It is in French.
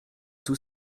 tous